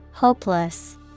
Hopeless